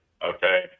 Okay